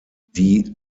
die